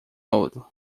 ouro